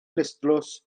clustdlws